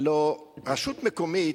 הלוא רשות מקומית,